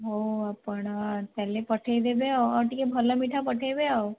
ହଉ ଆପଣ ତା'ହେଲେ ପଠାଇଦେବେ ଆଉ ଟିକିଏ ଭଲ ମିଠା ପଠାଇବେ ଆଉ